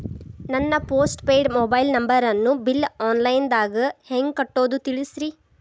ನನ್ನ postpaid mobile ನಂಬರನ್ನು bill online ದಾಗ ಹೆಂಗ್ ಕಟ್ಟೋದು ತಿಳಿಸ್ರಿ